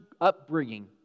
upbringing